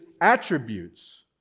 attributes